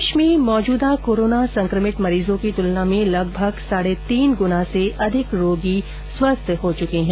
देश में मौजूदा कोरोना संक्रमित मरीजों की तुलना में लगभग साढ़े तीन गुना से अधिक रोगी स्वस्थ हो चुके हैं